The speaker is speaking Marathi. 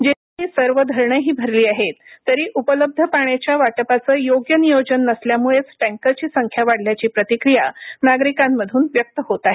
जिल्ह्यातली सर्व धरणही भरली आहेत तरी उपलब्ध पाण्याच्या वाटपाचं योग्य नियोजन नसल्यामुळेच टँकरची संख्या वाढल्याची प्रतिक्रिया नागरिकांमधून व्यक्त होत आहे